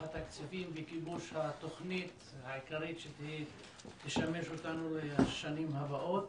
התקציבים בגיבוש התוכנית העיקרית שתשמש אותנו לשנים הבאות.